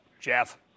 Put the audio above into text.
Jeff